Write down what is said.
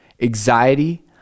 anxiety